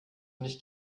nicht